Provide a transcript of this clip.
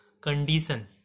condition